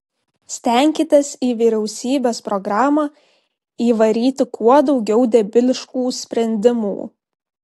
stenkitės į vyriausybės programą įvaryti kuo daugiau debiliškų sprendimų